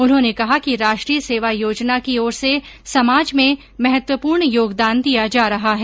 उन्होंने कहा कि राष्ट्रीय सेवा योजना की ओर से समाज में महत्वपूर्ण योगदान दिया जा रहा है